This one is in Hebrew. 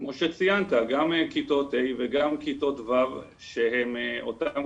כמו שציינת, גם כיתות ו' שהן אותן